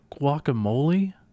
guacamole